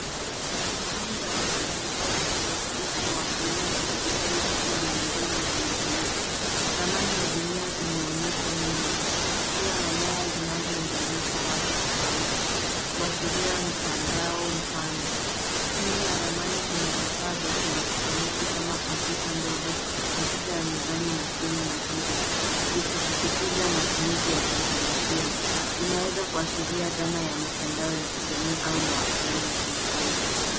Ikoni za watu mbali mbali zikiwakilisha mawasiliano ya kidigitali kote ulimwenguni zimetumika. Ramani ya dunia imeonyeshwa nyuma, ikiwa na nyaya zinazo unganisha watu tofauti. Kwashiria mutandao mpana. Chini ya ramani kuna vifaa vya ki elektroniki kama kompyuta ndogo, kompyuta ya ramani na simu mahiri, zikisisitiza matumizi yakiteknolojia, inaweza kwashiria dhana ya mtandao ya kijamii au mawasiliano ya kimataifa.